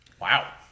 Wow